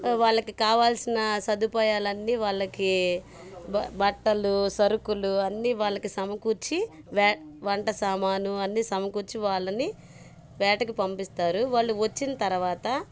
వాళ్ళకి కావాల్సిన సదుపాయాలన్నీ వాళ్ళకి బట్టలు సరుకులు అన్ని వాళ్ళకి సమకూర్చి వే వంట సామాను అన్ని సమకూర్చి వాళ్ళని వేటకు పంపిస్తారు వాళ్ళు వచ్చిన తర్వాత